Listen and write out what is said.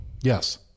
Yes